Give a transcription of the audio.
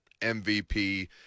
mvp